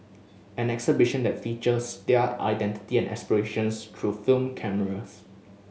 an exhibition that features their identity and aspirations through film cameras